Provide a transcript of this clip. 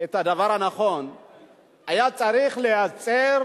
את הדבר הנכון, הוא היה צריך לייצר